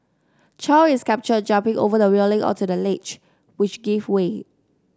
Chow is captured jumping over the railing onto the ledge which gave way